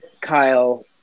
Kyle